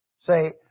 Say